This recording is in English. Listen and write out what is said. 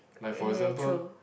eh true